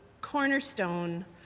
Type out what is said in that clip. cornerstone